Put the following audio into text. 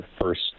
first